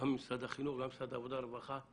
גם ממשרד החינוך, גם ממשרד העבודה והרווחה,